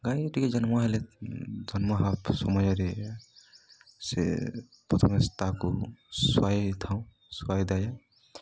ଗାଈ ଟିକେ ଜନ୍ମ ହେଲେ ଜନ୍ମ ହପ୍ ସମାଜରେ ସେ ପ୍ରଥମେ ତାକୁ ଶଆାଇ ଥାଉ ଶଆାଇଦାୟଆ